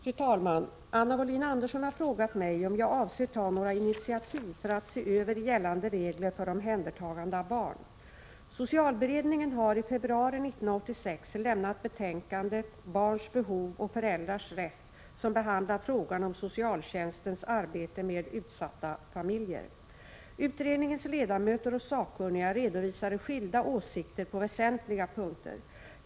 Fru talman! Anna Wohlin-Andersson har frågat mig om jag avser ta några initiativ för att se över gällande regler för omhändertagande av barn. Socialberedningen har i februari 1986 lämnat betänkandet Barns behov och föräldrars rätt, som behandlar frågan om socialtjänstens arbete med utsatta familjer. Utredningens ledamöter och sakkunniga redovisade skilda åsikter på väsentliga punkter.